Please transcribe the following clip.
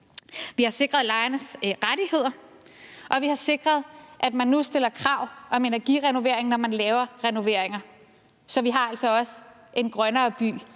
Vi har sikret lejernes rettigheder, og vi har sikret, at man nu stiller krav om energirenovering, når man laver renoveringer. Så vi har altså også en grønnere by